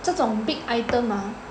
这种 big item 吗